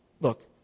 Look